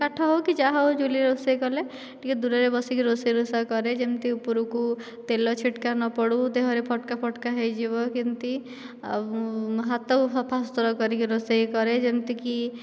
କାଠ ହେଉ କି ଯାହା ହେଉ ଚୁଲି ରୋଷେଇ କଲେ ଟିକିଏ ଦୂରରେ ବସିକି ରୋଷେଇ ରୋଷା କରେ ଯେମିତି ଉପରକୁ ତେଲ ଛିଟ୍କା ନ ପଡ଼ୁ ଦେହରେ ଫଟକା ଫଟକା ହୋଇଯିବ କେମିତି ଆଉ ହାତ ସଫାସୁତୁରା କରିକି ରୋଷେଇ କରେ ଯେମିତିକି